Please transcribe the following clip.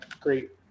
great